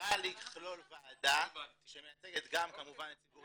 במטרה לכלול ועדה שמייצגת גם כמובן את ציבור